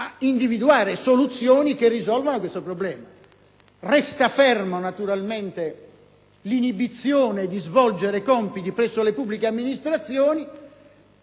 ad individuare soluzioni che risolvano questo problema. Resta ferma, naturalmente, l'inibizione rispetto allo svolgimento di compiti presso le pubbliche amministrazioni.